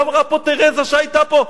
איך אמרה פה תרזה, שהיתה פה?